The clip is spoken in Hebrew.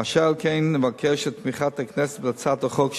אשר על כן נבקש את תמיכת הכנסת בהצעת החוק שבנדון.